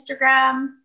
Instagram